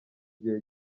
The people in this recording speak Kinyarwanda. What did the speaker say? gihe